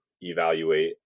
evaluate